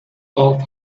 off